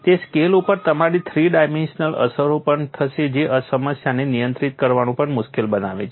તે સ્કેલ ઉપર તમારી થ્રી ડાયમેન્શનલ અસરો પણ થશે જે સમસ્યાને નિયંત્રિત કરવાનું પણ મુશ્કેલ બનાવે છે